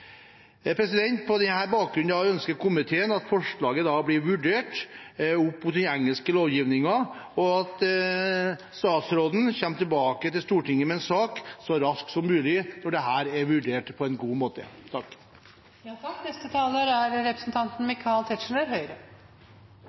På denne bakgrunn ønsker komiteen at forslaget blir vurdert opp mot den engelske lovgivningen, og at statsråden kommer tilbake til Stortinget med en sak så raskt som mulig når dette er vurdert på en god måte. For det første vil jeg bemerke til saksordførers aldeles utmerkede fremstilling av saken at det egentlig er